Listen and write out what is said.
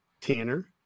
Tanner